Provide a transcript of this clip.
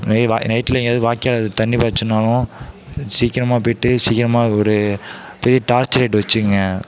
நை வா நைட்டில் எங்கேயாது வாய்க்கால் தண்ணி பாய்ச்சணுன்னாலும் சீக்கிரமா போய்விட்டு சீக்கிரமா ஒரு பெரிய டார்ச்சு லைட்டு வச்சிகோங்க